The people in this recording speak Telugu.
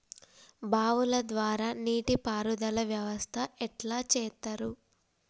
బావుల ద్వారా నీటి పారుదల వ్యవస్థ ఎట్లా చేత్తరు?